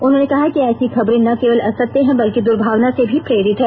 उन्होंने कहा कि ऐसी खबरें न केवल असत्य हैं बल्कि दुर्भावना से भी प्रेरित हैं